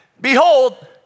behold